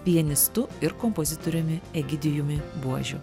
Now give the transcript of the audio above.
pianistu ir kompozitoriumi egidijumi buožiu